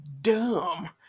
dumb